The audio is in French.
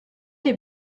les